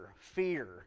Fear